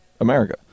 America